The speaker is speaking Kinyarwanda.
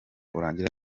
urangira